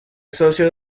socio